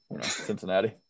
Cincinnati